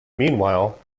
meanwhile